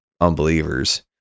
unbelievers